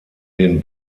den